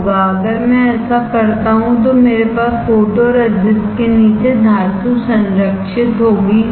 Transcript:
अगर मैं ऐसा करता हूं तो मेरे पास फोटोरेसिस्ट के नीचे धातु संरक्षित होगीसही